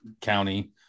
county